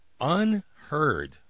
unheard